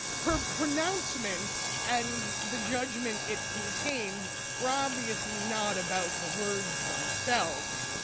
her pronouncement and the judgment it contained were obviously not about the words themselves,